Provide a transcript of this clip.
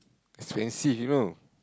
expensive you know